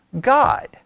God